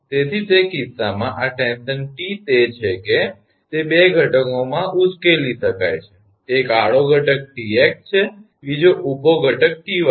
તેથી તે કિસ્સામાં આ ટેન્શન 𝑇 તે છે કે તે બે ઘટકોમાં ઉકેલી શકાય છે એક આડો ઘટક 𝑇𝑥 છે બીજો ઊભો ઘટક 𝑇𝑦 છે